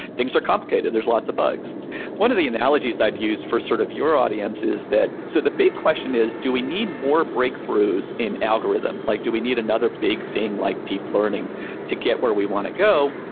things are complicated, there's lots of bugs one of the analogies i'd use for sort of your audience is that, so the big question is do we need more breakthroughs in algorithms? like do we need another big thing, like deep learning to get where we want to go?